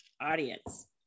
audience